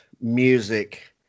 music